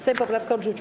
Sejm poprawkę odrzucił.